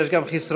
ויש גם חסרונות.